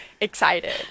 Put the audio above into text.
excited